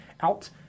out